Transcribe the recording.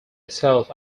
itself